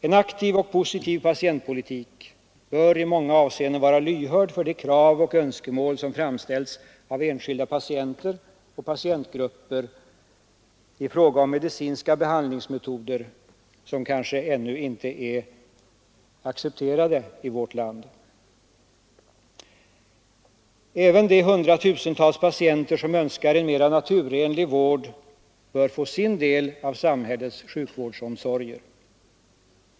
En aktiv och positiv patientpolitik bör i många avseenden vara lyhörd för de krav och önskemål som framställs av enskilda patienter och patientgrupper i fråga om medicinska behandlingsmetoder som kanske ännu inte är accepterade i vårt land. Även de hundratusentals patienter som önskar en mera naturenlig vård bör få sin del av samhällets sjukvårdsomsorger.